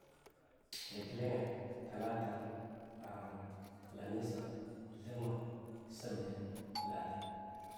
Litinin, talata, laraba, lamisa, thamma, sabde. Lade